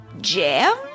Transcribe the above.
Jam